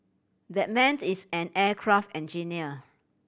that man is an aircraft engineer